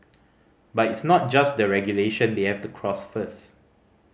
but it's not just the regulation they have to cross first